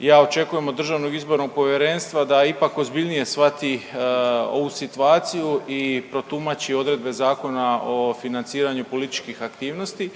ja očekujem od DIP-a da ipak ozbiljnije svati ovu situaciju i protumači odredbe Zakona o financiranju političkih aktivnosti.